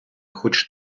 хоч